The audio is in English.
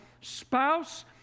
spouse